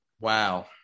Wow